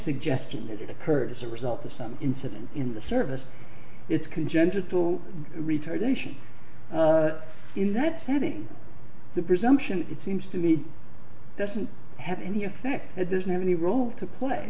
suggestion that it occurred as a result of some incident in the service it's congenital retardation in that setting the presumption it seems to be doesn't have any effect as there's not any role to play